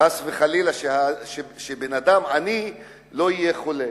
חס וחלילה, שאדם עני לא יהיה חולה,